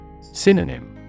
Synonym